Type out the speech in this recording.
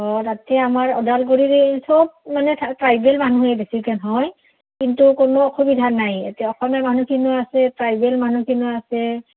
অঁ তাতে আমাৰ ওদালগুৰিৰ এই চব মানে ট্ৰাইবেল মানুহে বেছিকৈ হয় কিন্তু কোনো অসুবিধা নাই এতিয়া অসমীয়া মানুহখিনিও আছে ট্ৰাইবেল মানুহখিনিও আছে